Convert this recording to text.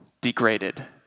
degraded